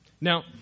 Now